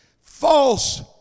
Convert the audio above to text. false